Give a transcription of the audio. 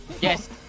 Yes